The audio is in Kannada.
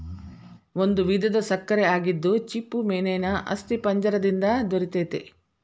ಒಂದು ವಿಧದ ಸಕ್ಕರೆ ಆಗಿದ್ದು ಚಿಪ್ಪುಮೇನೇನ ಅಸ್ಥಿಪಂಜರ ದಿಂದ ದೊರಿತೆತಿ